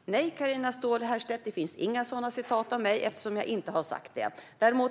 Fru talman! Nej, Carina Ståhl Herrstedt - det finns inga sådana citat av mig, eftersom jag inte har sagt detta. Däremot